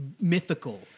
mythical